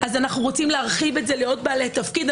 אז אנחנו רוצים להרחיב את זה לעוד בעלי תפקידים.